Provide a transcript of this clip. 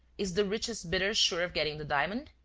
is the richest bidder sure of getting the diamond?